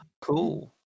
Cool